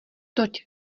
toť